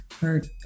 hurt